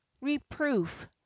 reproof